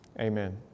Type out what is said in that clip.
Amen